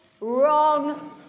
Wrong